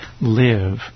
live